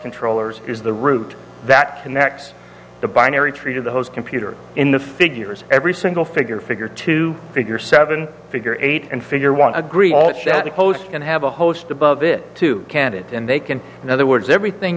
controllers is the route that connects the binary tree to the host computer in the figures every single figure figure to figure seven figure eight and figure one agree all share the post and have a host above it to canada and they can in other words everything